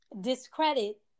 discredit